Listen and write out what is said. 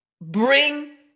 bring